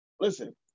listen